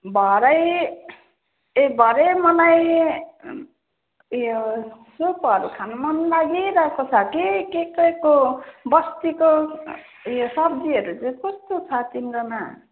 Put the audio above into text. भरे ए भरे मलाई उयो सुपहरू मन लागिरहेको छ कि के केको बस्तीको उयो सब्जीहरू चाहिँ कस्तो छ तिम्रोमा